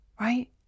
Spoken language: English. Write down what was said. right